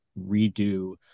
redo